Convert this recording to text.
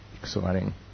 exciting